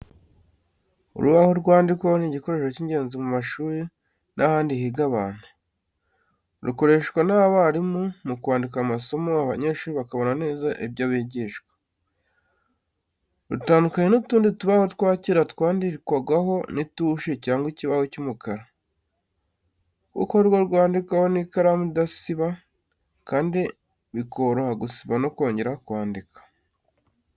Urubaho rwandikwaho ni igikoresho cy'ingenzi mu mashuri n’ahandi higa abantu. Rukoreshwa n’abarimu mu kwandika amasomo, abanyeshuri bakabona neza ibyo bigishwa. Rutandukanye n’utundi tubaho twa kera twandikwagaho n’itushe cyangwa ikibaho cy’umukara, kuko rwo rwandikwaho n’ikaramu idasiba kandi bikoroha gusiba no kongera kwandika.